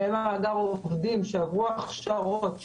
כשיהיה לה מאגר עובדים שעברו הכשרות,